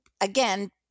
again